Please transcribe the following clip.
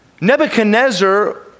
Nebuchadnezzar